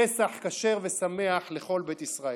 פסח כשר ושמח לכל בית ישראל.